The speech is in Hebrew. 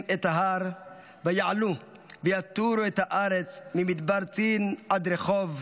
את ההר --- ויעלו ויתֻרו את הארץ ממדבר צִן עד רחֹב